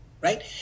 right